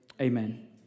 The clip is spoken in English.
Amen